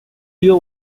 leo